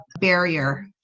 barrier